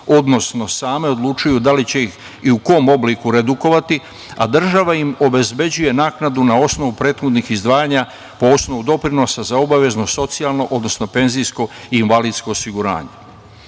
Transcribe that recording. odnosno same odlučuju da li će ih i u kom obliku redukovati, a država im obezbeđuje naknadu na osnovu prethodnih izdvajanja po osnovu doprinosa za obavezno socijalno, odnosno penzijsko i invalidsko osiguranje. Posebna